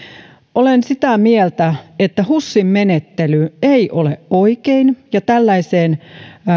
olen sitä mieltä että husin menettely ei ole oikein ja tällaiseen